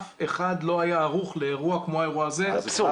אף אחד לא היה ערוך לאירוע כמו האירוע הזה.